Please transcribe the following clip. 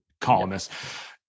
columnist